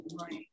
Right